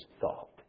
thought